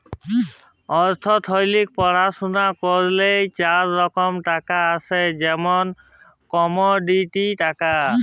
অথ্থলিতিক পড়াশুলা ক্যইরলে চার রকম টাকা আছে যেমল কমডিটি টাকা